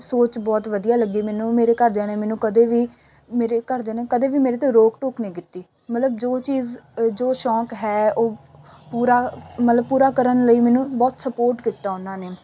ਸੋਚ ਬਹੁਤ ਵਧੀਆ ਲੱਗੀ ਮੈਨੂੰ ਮੇਰੇ ਘਰਦਿਆਂ ਨੇ ਮੈਨੂੰ ਕਦੇ ਵੀ ਮੇਰੇ ਘਰਦਿਆਂ ਨੇ ਕਦੇ ਵੀ ਮੇਰੇ 'ਤੇ ਰੋਕ ਟੋਕ ਨਹੀਂ ਕੀਤੀ ਮਤਲਬ ਜੋ ਚੀਜ਼ ਜੋ ਸ਼ੌਕ ਹੈ ਉਹ ਪੂਰਾ ਮਤਲਬ ਪੂਰਾ ਕਰਨ ਲਈ ਮੈਨੂੰ ਬਹੁਤ ਸਪੋਟ ਕੀਤਾ ਉਹਨਾਂ ਨੇ